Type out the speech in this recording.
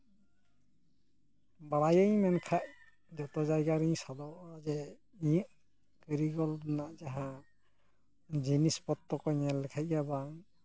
ᱵᱟᱲᱟᱭᱟᱹᱧ ᱢᱮᱱᱠᱷᱟᱡ ᱡᱚᱛᱚ ᱡᱟᱭᱜᱟᱨᱤᱧ ᱥᱟᱫᱚᱜᱼᱟ ᱡᱮ ᱤᱧᱟᱹᱜ ᱠᱟᱹᱨᱤᱜᱚᱞ ᱨᱮᱱᱟᱜ ᱡᱟᱦᱟᱸ ᱡᱤᱱᱤᱥ ᱯᱚᱛᱨᱚ ᱠᱚ ᱧᱮᱞ ᱞᱮᱠᱷᱟᱡ ᱜᱮ ᱵᱟᱝ